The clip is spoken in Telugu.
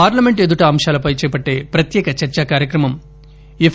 పార్లమెంటు ఎదుట అంశాలపై చేపట్టే ప్రత్యేక చర్చా కార్యక్రమం ఎఫ్